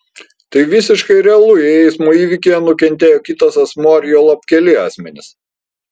tai visiškai realu jei eismo įvykyje nukentėjo kitas asmuo ar juolab keli asmenys